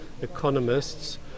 economists